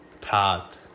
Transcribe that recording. Path